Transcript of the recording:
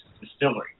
Distillery